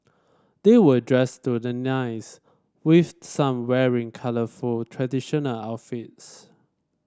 they were dressed to the nines with some wearing colourful traditional outfits